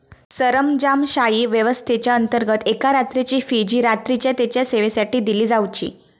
सरंजामशाही व्यवस्थेच्याअंतर्गत एका रात्रीची फी जी रात्रीच्या तेच्या सेवेसाठी दिली जावची